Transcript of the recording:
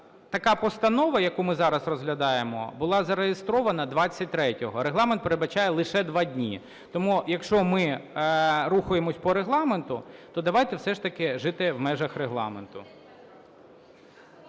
Така постанова, яку ми зараз розглядаємо, була зареєстрована 23-го, а Регламент передбачає лише два дні. Тому, якщо ми рухаємось по Регламенту, то давайте все ж таки жити в межах Регламенту.